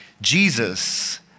Jesus